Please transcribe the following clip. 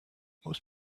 most